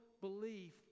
belief